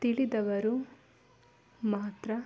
ತಿಳಿದವರು ಮಾತ್ರ